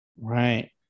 Right